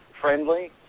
friendly